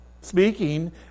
speaking